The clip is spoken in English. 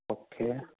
okay